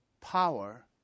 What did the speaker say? power